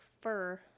fur